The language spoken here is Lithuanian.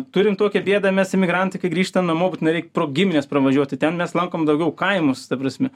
turim tokią bėdą mes emigrantai kai grįžtam namo būtinai reik pro gimines pravažiuoti ten mes lankom daugiau kaimus ta prasme